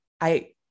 I-